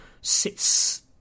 sits